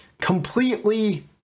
Completely